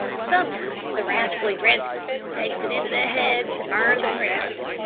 sometimes the rascally red-skins takes it into their heads to burn the prairies,